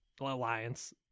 Alliance